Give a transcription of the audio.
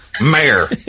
mayor